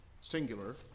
singular